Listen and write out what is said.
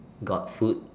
got food